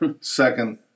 second